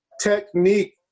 technique